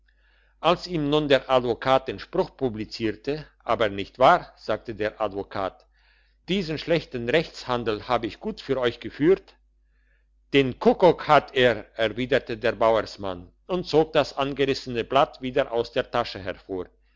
als ihm nun der advokat den spruch publizierte aber nicht wahr sagte der advokat diesen schlechten rechtshandel hab ich gut für euch geführt den kuckuck hat er erwiderte der bauersmann und zog das ausgerissene blatt wieder aus der tasche hervor